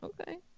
Okay